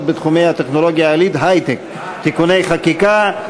בתחומי הטכנולוגיה העילית (היי-טק) (תיקוני חקיקה),